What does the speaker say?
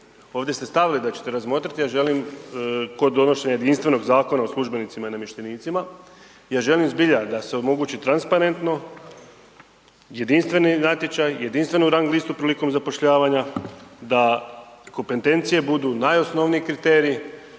Ovdje ste stavili da ćete razmotriti, a želim kod donošenje jedinstvenog zakona o službenicima i namještenicima, ja želim zbilja da se omogući transparentno, jedinstveni natječaj, jedinstvenu rang listu prilikom zapošljavanja, da kompetencije budu najosnovniji kriterij,